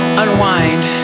unwind